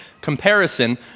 comparison